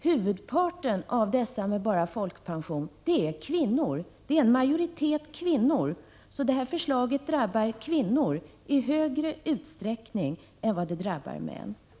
Huvudparten av dessa är kvinnor, Lena Öhrsvik. Detta förslag drabbar kvinnor i högre utsträckning än det drabbar män.